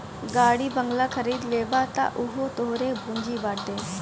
गाड़ी बंगला खरीद लेबअ तअ उहो तोहरे पूंजी बाटे